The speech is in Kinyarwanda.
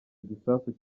igisasu